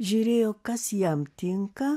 žiūrėjo kas jam tinka